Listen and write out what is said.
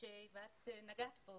ואת נגעת בה,